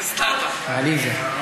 זה, עליזה.